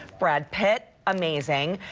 brad pitt, amazing.